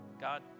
God